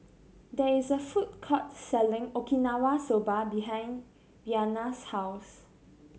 there is a food court selling Okinawa Soba behind Rhianna's house